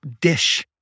dish